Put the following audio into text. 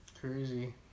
Crazy